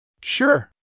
Sure